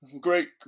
Great